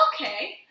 Okay